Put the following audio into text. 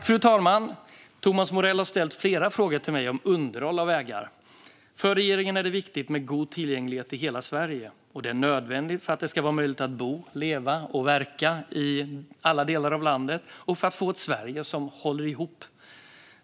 Fru talman! Thomas Morell har ställt flera frågor till mig om underhåll av vägar. För regeringen är det viktigt med en god tillgänglighet i hela Sverige. Det är nödvändigt för att det ska vara möjligt att bo, leva och verka i alla delar av landet och för att få ett Sverige som håller ihop.